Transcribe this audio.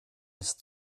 ist